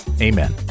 amen